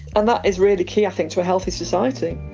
and that is really key, i think, to a healthy society.